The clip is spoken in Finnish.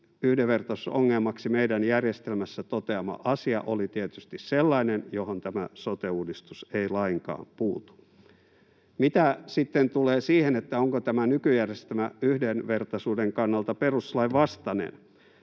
yhdenvertaisuusongelmaksi meidän järjestelmässämme toteama asia oli tietysti sellainen, johon tämä sote-uudistus ei lainkaan puutu. Mitä sitten tulee siihen, onko tämä nykyjärjestelmä yhdenvertaisuuden kannalta perustuslain vastainen,